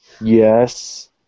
Yes